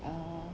err